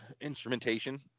instrumentation